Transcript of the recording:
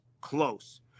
close